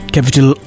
Capital